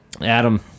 Adam